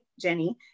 Jenny